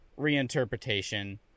reinterpretation